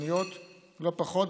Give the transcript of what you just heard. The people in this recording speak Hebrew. פוגעניות לא פחות,